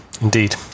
indeed